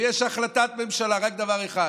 ויש בהחלטת ממשלה רק על דבר אחד: